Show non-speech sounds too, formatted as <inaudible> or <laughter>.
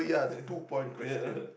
<laughs> ya <laughs>